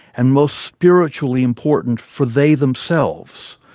and most spiritually important for they themselves.